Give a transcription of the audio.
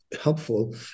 helpful